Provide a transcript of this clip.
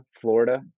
florida